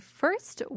first